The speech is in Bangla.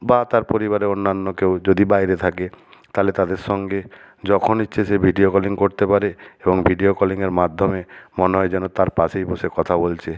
বা তার পরিবারে অন্যান্য কেউ যদি বাইরে থাকে তাহলে তাদের সঙ্গে যখন ইচ্ছে সে ভিডিও কলিং করতে পারে এবং ভিডিও কলিংয়ের মাধ্যমে মনে হয় যেন তার পাশেই বসে কথা বলছে